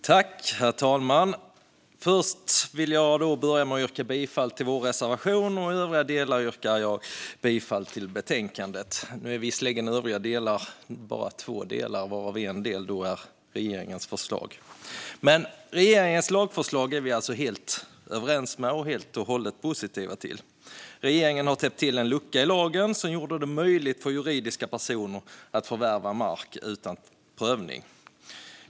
Herr talman! Först vill jag yrka bifall till vår reservation och i övrigt till förslagen i betänkandet. Det övriga är visserligen bara två delar, varav den ena är regeringens förslag, men det är vi sverigedemokrater alltså helt positiva till. Regeringen har täppt till en lucka i lagen som gjorde det möjligt för juridiska personer att förvärva mark utan prövning.